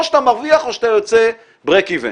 או שאתה מרוויח או שאתה יוצא break even.